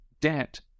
debt